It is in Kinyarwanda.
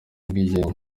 ubwigenge